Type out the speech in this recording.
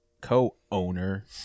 co-owner